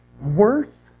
worth